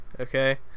okay